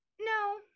No